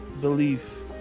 belief